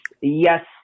yes